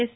yes